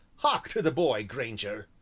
hark to the boy, grainger,